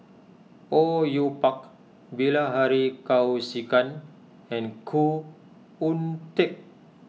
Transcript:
Au Yue Pak Bilahari Kausikan and Khoo Oon Teik